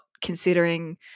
considering